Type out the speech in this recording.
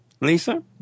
Lisa